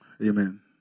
Amen